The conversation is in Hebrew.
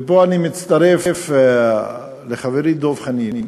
ופה אני מצטרף לחברי דב חנין,